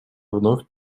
вновь